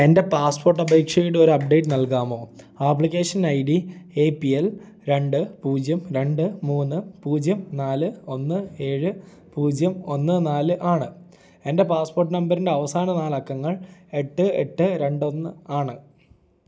എൻ്റ പാസ്പോർട്ട് അപേക്ഷയുടെ ഒരു അപ്ഡേറ്റ് നൽകാമോ application I D A P L രണ്ട് പൂജ്യം രണ്ട് മൂന്ന് പൂജ്യം നാല് ഒന്ന് ഏഴ് പൂജ്യം ഒന്ന് നാല് ആണ് എൻ്റെ പാസ്പോർട്ട് നമ്പറിൻ്റെ അവസാന നാലക്കങ്ങൾ എട്ട് എട്ട് രണ്ട് ഒന്ന് ആണ്